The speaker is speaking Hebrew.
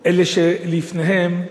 אלה שלפניהם.